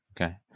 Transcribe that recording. Okay